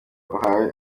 uhawe